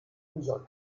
unsere